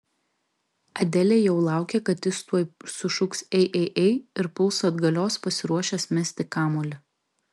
adelė jau laukė kad jis tuoj sušuks ei ei ei ir puls atgalios pasiruošęs mesti kamuolį